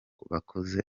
bakoze